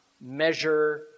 measure